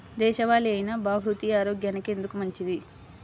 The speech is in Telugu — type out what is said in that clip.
దేశవాలి అయినా బహ్రూతి ఆరోగ్యానికి ఎందుకు మంచిది?